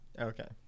okay